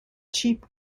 cheap